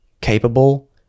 capable